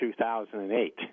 2008